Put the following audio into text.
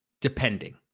Depending